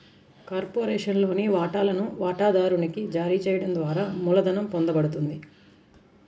కార్పొరేషన్లోని వాటాలను వాటాదారునికి జారీ చేయడం ద్వారా మూలధనం పొందబడుతుంది